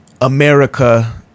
America